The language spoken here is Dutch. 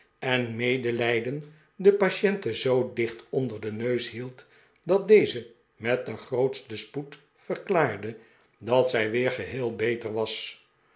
en medelijden de patiente zoo dicht onder den neus hield dat deze met den grootsten spoed verklaarde dat zij weer geheel beter was